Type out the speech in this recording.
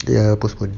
ya postponed